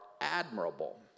admirable